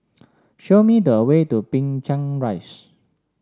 show me the way to Binchang Rise